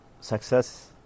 success